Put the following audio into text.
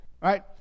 Right